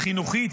החינוכית.